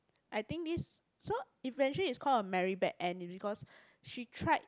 I think this so eventually is call a merry bad end which is because she tried